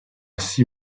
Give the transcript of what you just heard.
six